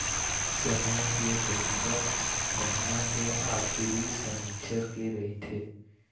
समूह के बइठक महिना के आखरी सनिच्चर के रहिथे